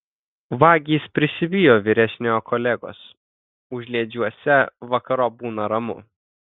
vagys prisibijo vyresniojo kolegos užliedžiuose vakarop būna ramu